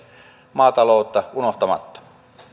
maataloutta unohtamatta